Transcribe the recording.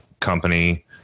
company